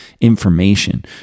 information